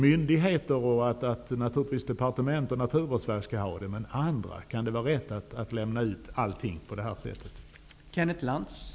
Myndigheter, departement och Naturvårdsverket skall naturligtvis ha dessa uppgifter, men kan det vara rätt att lämna ut allting till andra?